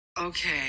okay